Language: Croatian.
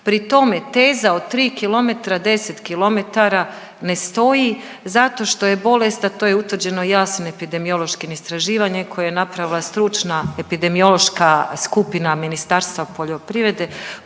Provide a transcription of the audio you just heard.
tri kilometra, deset kilometara ne stoji zato što je bolest, a to je utvrđeno jasnim epidemiološkim istraživanjem koje je napravila stručna epidemiološka skupina Ministarstva poljoprivrede